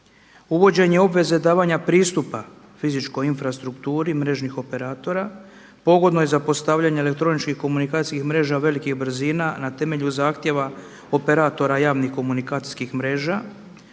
uvođenje obveze davanja pristupa fizičkoj infrastrukturi mrežnih operatora, pogodno je za postavljanje elektroničkih komunikacijskih mreža velikih brzina na temelju zahtjeva operatora javnih komunikacijskih mreža,